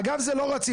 אגב, זה לא רציף.